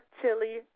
Chili